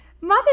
Mother